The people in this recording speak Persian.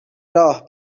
راه